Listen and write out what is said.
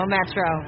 Metro